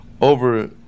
Over